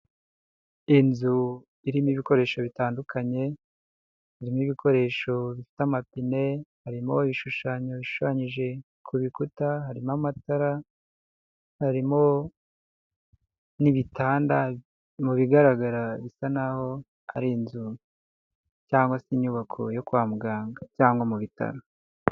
Inzu irimo ibikoresho bitandukanye, irimo ibikoresho bifite amapine, harimo ibishushanyo bishushanyije ku bikuta, harimo amatara, harimo n'ibitanda mu bigaragara bisa naho ari inzu cyangwa se inyubako yo kwa muganga cyangwa mu bitaro.